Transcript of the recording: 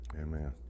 Amen